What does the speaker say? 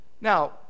Now